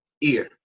ear